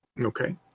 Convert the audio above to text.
Okay